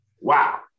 Wow